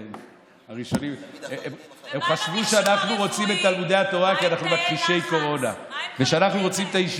אתה רוצה שאני אביא לך את החקיקה הבריטית,